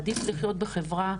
עדיף לחיות בחברה,